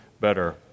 better